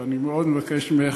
ואני מאוד מבקש ממך: